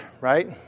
right